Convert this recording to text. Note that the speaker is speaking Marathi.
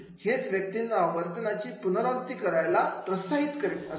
हेच व्यक्तींना वर्तनाची पुनरावृत्ती करायला प्रोत्साहित करीत असते